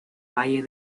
valle